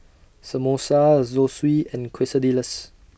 Samosa Zosui and Quesadillas